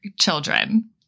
children